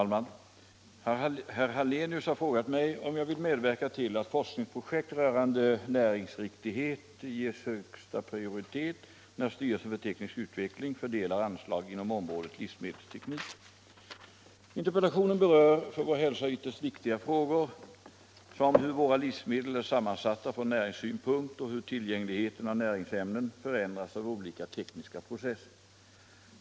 Fru talman! Herr Hallenius har frågat mig om jag vill medverka till att forskningsprojekt rörande näringsriktighet ges högsta prioritet när styrelsen för teknisk utveckling fördelar anslag inom området livsmedelsteknik. Interpellationen berör för vår hälsa ytterst viktiga frågor som hur våra livsmedel är sammansatta från näringssynpunkt och hur tillgängligheten av näringsämnen förändras av olika tekniska processer.